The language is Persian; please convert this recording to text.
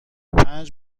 پنج